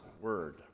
word